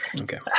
Okay